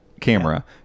camera